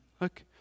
Look